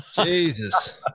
Jesus